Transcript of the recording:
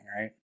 right